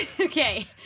okay